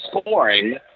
scoring